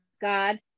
God